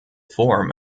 form